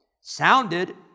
Sounded